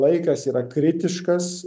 laikas yra kritiškas